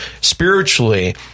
spiritually